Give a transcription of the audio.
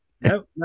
No